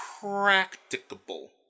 practicable